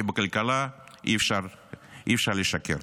כי בכלכלה אי- אפשר לשקר.